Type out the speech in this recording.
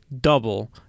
double